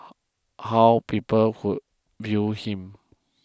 how people would view him